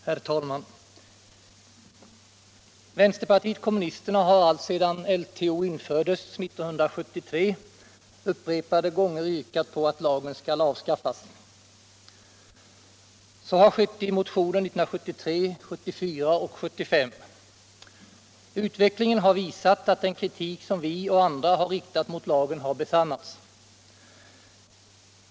Herr talman! Vänsterpartiet kommunisterna har alltsedan LTO infördes år 1973 upprepade gånger yrkat på att lagen skall avskaffas. Så har skett i motioner 1973, 1974 och 1975. Utvecklingen visar att den kritik som vi och andra riktat mot lagen har besannats.